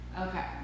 Okay